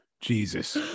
Jesus